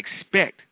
expect